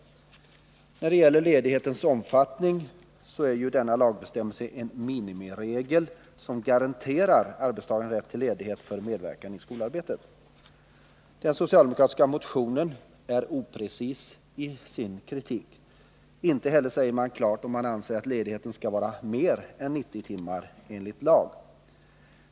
När det gäller ledighetens omfattning är ju denna lagbestämmelse en minimiregel som garanterar arbetstagarna rätt till ledighet för medverkan i skolarbetet. Den socialdemokratiska motionen är oprecis i sin kritik. Inte heller säger man klart om man anser att ledigheten skall vara mer än 90 timmar enligt lag.